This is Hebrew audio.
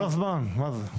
כל הזמן, מה זה.